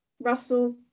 Russell